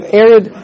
arid